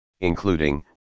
including